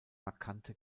markante